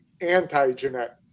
anti-Jeanette